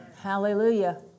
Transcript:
Hallelujah